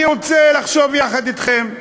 אני רוצה לחשוב יחד אתכם,